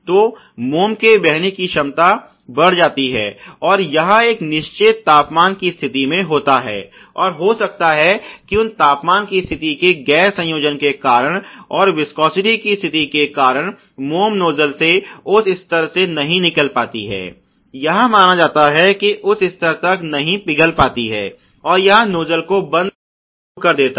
तो मोम के बहने की क्षमता बढ़ जाती है और यह एक निश्चित तापमान की स्थिति में होता है और हो सकता है कि उन तापमान की स्थिति के गैर संयोजन के कारण और विस्कोसिटी की स्थिति के कारण मोम नोजल से उस स्तर से नहीं निकल पाती है यह माना जाता है कि उस स्तर तक नहीं पिघल पाती है और यह नोज्जल को बंद करना शुरू कर देता है